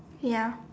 ya